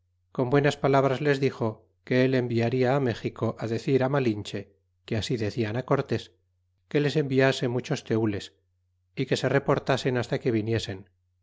con buenas palabras les dixo que el enviaria a méxico a decir á malinche que así decian a cortés que les enviase muchos tenles a que se reportasen hasta que viniesen